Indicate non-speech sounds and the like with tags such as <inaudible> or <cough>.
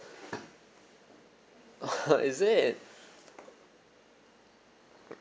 <laughs> is it